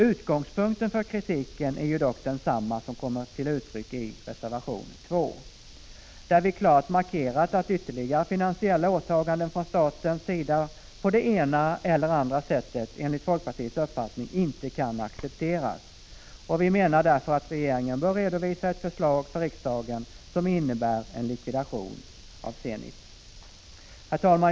Utgångspunkten för kritiken är dock samma som kommer till uttryck i reservation 2, där vi klart markerar att ytterligare finansiella åtaganden från statens sida på det ena eller andra sättet enligt folkpartiets uppfattning inte kan accepteras. Vi menar därför att regeringen bör redovisa för riksdagen ett förslag som innebär likvidation av Zenit Shipping. Herr talman!